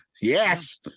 Yes